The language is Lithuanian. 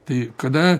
tai kada